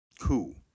Cool